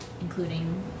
including